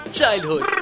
Childhood